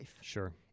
Sure